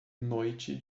noite